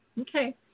Okay